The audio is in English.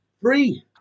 three